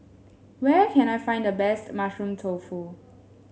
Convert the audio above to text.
where can I find the best Mushroom Tofu